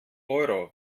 euro